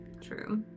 True